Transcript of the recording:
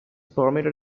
permitted